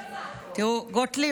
גוטליב,